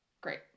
great